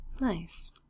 Nice